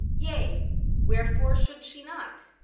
yea wherefore should she not?